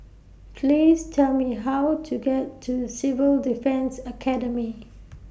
Please Tell Me How to get to Civil Defence Academy